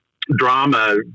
drama